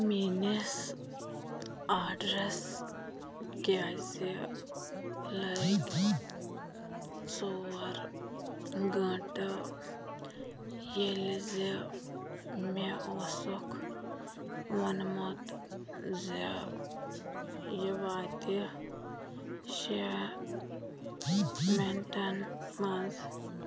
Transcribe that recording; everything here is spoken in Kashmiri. میٛٲنِس آرڈرَس کیٛازِ لٔگۍ ژور گھٲنٛٹہٕ ییٚلہِ زِ مےٚ اوسُکھ ووٚنمُت زِ یہِ واتہِ شےٚ مِنٹَن منٛز